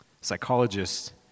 Psychologists